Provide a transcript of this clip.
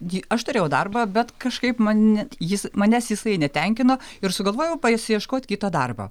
gi aš turėjau darbą bet kažkaip man ne jis manęs jisai netenkino ir sugalvojau pasiieškot kito darbo